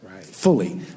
fully